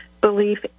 belief